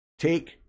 Take